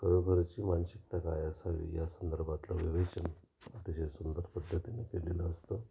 खरोखरची मानसिकता काय असावी या संदर्भातलं विवेचन अतिशय सुंदर पद्धतीने केलेलं असतं